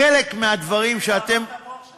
חלק מהדברים שאתם, אתה מבין מה אמרת פה עכשיו?